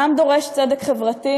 העם דורש צדק חברתי,